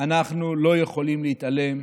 אנחנו לא יכולים להתעלם,